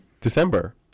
December